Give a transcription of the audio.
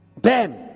bam